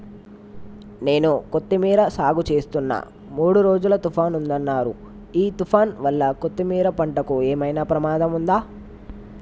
నేను కొత్తిమీర సాగుచేస్తున్న మూడు రోజులు తుఫాన్ ఉందన్నరు ఈ తుఫాన్ వల్ల కొత్తిమీర పంటకు ఏమైనా ప్రమాదం ఉందా?